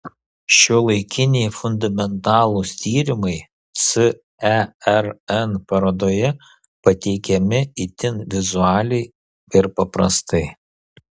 šiuolaikiniai fundamentalūs tyrimai cern parodoje pateikiami itin vizualiai ir paprastai